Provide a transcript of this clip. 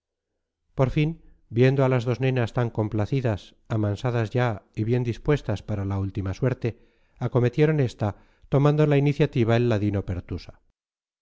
por fin viendo a las dos nenas tan complacidas amansadas ya y bien dispuestas para la última suerte acometieron esta tomando la iniciativa el ladino pertusa